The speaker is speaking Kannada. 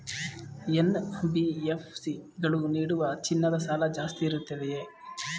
ಎನ್.ಬಿ.ಎಫ್.ಸಿ ಗಳು ನೀಡುವ ಚಿನ್ನದ ಸಾಲ ಜಾಸ್ತಿ ಇರುತ್ತದೆಯೇ?